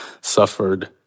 suffered